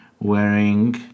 wearing